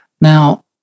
now